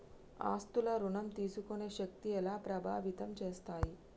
ఆస్తుల ఋణం తీసుకునే శక్తి ఎలా ప్రభావితం చేస్తాయి?